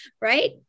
right